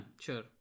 Sure